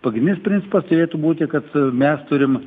pagrindinis principas turėtų būti kad mes turim